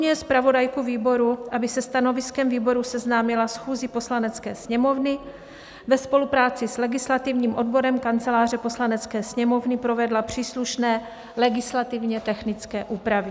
II. Zmocňuje zpravodajku výboru, aby se stanoviskem výboru seznámila schůzi Poslanecké sněmovny, ve spolupráci s legislativním odborem Kanceláře Poslanecké sněmovny provedla příslušné legislativně technické úpravy.